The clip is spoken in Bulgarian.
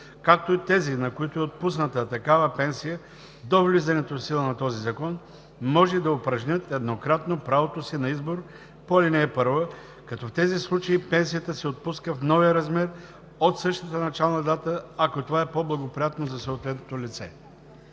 както и тези, на които е отпусната такава пенсия до влизането в сила на този закон, може да упражнят еднократно правото си на избор по ал. 1, като в тези случаи пенсията се отпуска в новия размер от същата начална дата, ако това е по-благоприятно за съответното лице.“